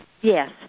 Yes